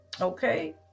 Okay